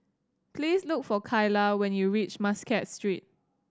please look for Kaila when you reach Muscat Street